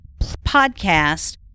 podcast